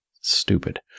Stupid